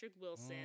wilson